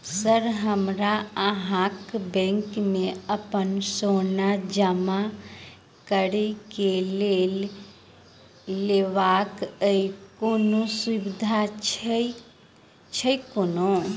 Sir हमरा अहाँक bank मे अप्पन सोना जमा करि केँ लोन लेबाक अई कोनो सुविधा छैय कोनो?